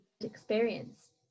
experience